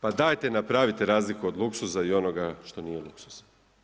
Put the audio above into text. Pa dajte napravite razliku od luksuza i onoga što nije luksuz.